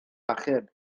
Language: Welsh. achub